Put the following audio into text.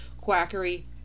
quackery